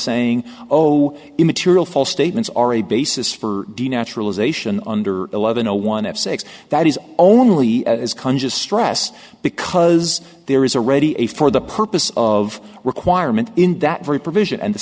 saying oh immaterial false statements are a basis for the naturalization under eleven o one of six that is only as conscious stress because there is a ready a for the purpose of requirement in that very provision and the